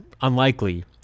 unlikely